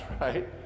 right